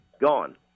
gone